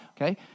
okay